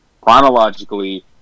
chronologically